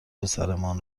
پسرمان